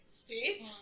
state